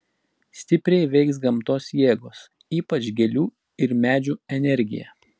stipriai veiks gamtos jėgos ypač gėlių ir medžių energija